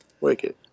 wicked